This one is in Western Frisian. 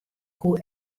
koe